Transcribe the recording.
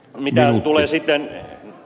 mitä tulee sitten